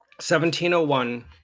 1701